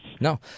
no